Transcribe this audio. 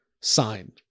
sign